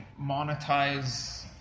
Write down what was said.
monetize